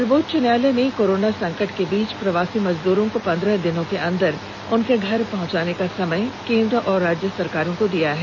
सर्वोच्च न्यायालय ने कोरोना संकट के बीच प्रवासी मजदूरों को पंद्रह दिनों के अंदर उनके घर पहुंचाने का समय केंद्र और राज्य सरकारों को दिया है